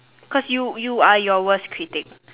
cause you you are your worst critic